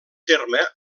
terme